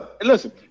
Listen